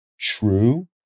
true